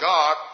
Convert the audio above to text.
God